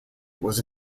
was